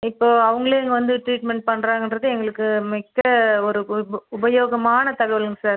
இப்போது அவர்களே இங்கே வந்து ட்ரீட்மெண்ட் பண்ணுறாங்கன்றது எங்களுக்கு மிக்க ஒரு உபயோகமான தகவலுங்க சார்